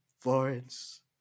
Florence